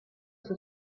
suo